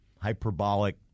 hyperbolic